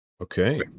Okay